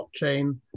blockchain